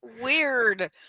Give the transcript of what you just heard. weird